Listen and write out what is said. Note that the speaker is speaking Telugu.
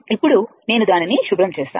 ఇప్పుడు నేను దానిని శుభ్రం చేస్తాను